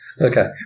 Okay